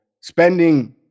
spending